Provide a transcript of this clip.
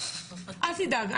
אל תדאג.